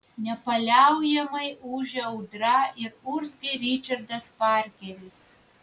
nepaliaujamai ūžė audra ir urzgė ričardas parkeris